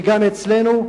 וגם אצלנו.